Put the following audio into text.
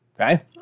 Okay